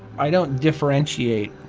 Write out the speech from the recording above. i don't differentiate,